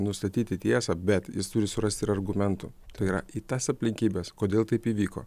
nustatyti tiesą bet jis turi surasti ir argumentų tai yra į tas aplinkybes kodėl taip įvyko